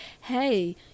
hey